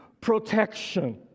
protection